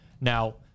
Now